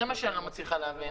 זה מה שאני לא מצליחה להבין.